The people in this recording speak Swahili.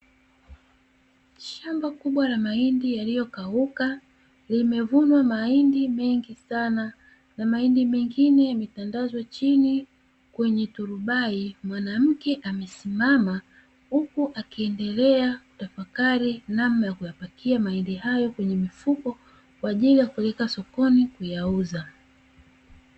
Shamba kubwa la mahindi yaliyokauka, limevunwa mahindi hayo mengi sana huku mengine yametandazwa chini kwenye turubai, mwanamke amesimama huku akiendelea kutafakari namna ya kuyapakia mahindi hayo kwenye mifuko kwa ajili ya kuyapeleka sokoni kuyauza.